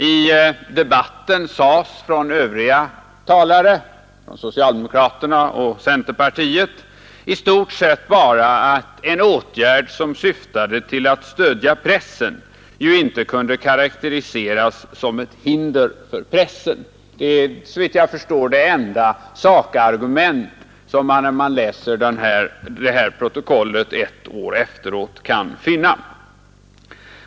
I debatten sades från övriga talare, från socialdemokraterna och centerpartiet, i stort sett bara att en åtgärd som syftade till att stödja pressen ju inte kunde karaktäriseras som ett hinder för pressen. Det är såvitt jag förstår det enda sakargument som man, när man läser protokollet ett år efteråt, kan finna.